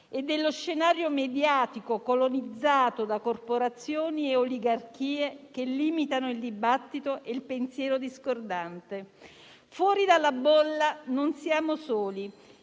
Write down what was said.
e dello scenario mediatico, colonizzato da corporazioni e oligarchie che limitano il dibattito e il pensiero discordante. Fuori dalla bolla non siamo soli.